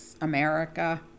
America